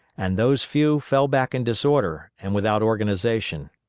and those few fell back in disorder, and without organization,